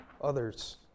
others